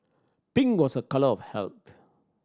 pink was a colour of health